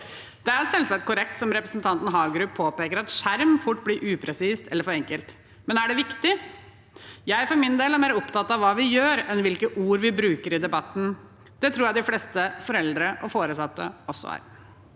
Det er selvsagt korrekt, som representanten Hagerup påpeker, at «skjerm» fort blir upresist eller for enkelt. Men er det viktig? Jeg for min del er mer opptatt av hva vi gjør, enn hvilke ord vi bruker i debatten. Det tror jeg de fleste foreldre og foresatte også er.